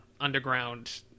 underground